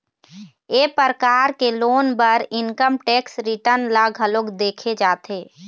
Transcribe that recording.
ए परकार के लोन बर इनकम टेक्स रिटर्न ल घलोक देखे जाथे